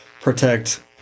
protect